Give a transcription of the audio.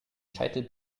scheitel